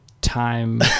time